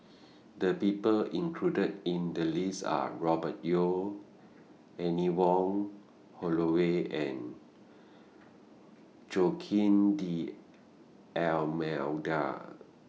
The People included in The list Are Robert Yeo Anne Wong Holloway and Joaquim D'almeida